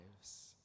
lives